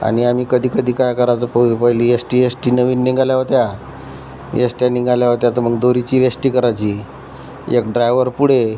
आणि आम्ही कधी कधी काय करायचो प पय पहिली येश्टी येश्टी नवीन निघाल्या होत्या येश्ट्या निघाल्या होत्या तर मग दोरीची येश्टी करायची एक ड्रायवर पुढे